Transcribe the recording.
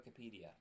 Wikipedia